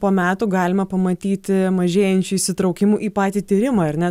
po metų galima pamatyti mažėjančių įsitraukimų į patį tyrimą ar ne